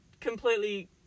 completely